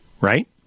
right